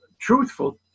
truthful